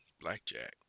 blackjack